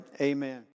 Amen